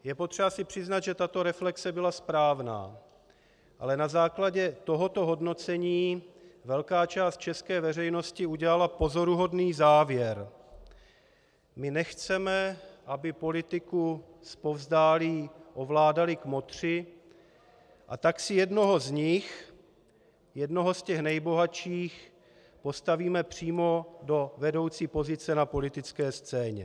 Je potřeba si přiznat, že tato reflexe byla správná, ale na základě tohoto hodnocení velká část české veřejnosti udělala pozoruhodný závěr: My nechceme, aby politiku zpovzdálí ovládali kmotři, a tak si jednoho z nich, jednoho z těch nejbohatších, postavíme přímo do vedoucí pozice na politické scéně.